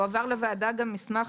הועבר לוועדה גם מסמך,